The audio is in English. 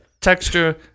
texture